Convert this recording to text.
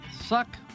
Suck